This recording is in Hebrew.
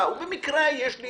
במקרה יש לי